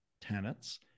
tenants